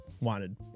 wanted